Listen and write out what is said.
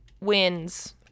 wins